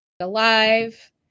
Alive